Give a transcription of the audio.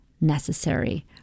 necessary